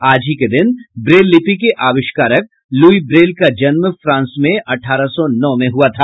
आज ही के दिन ब्रेल लिपि के आविष्कारक लुई ब्रेल का जन्म फ्रांस में अठारह सौ नौ में हुआ था